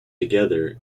together